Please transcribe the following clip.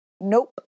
Nope